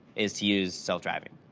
is to use self-driving.